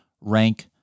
rank